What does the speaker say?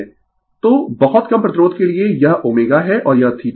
Refer slide Time 2507 तो बहुत कम प्रतिरोध के लिए यह ω है और यह θ है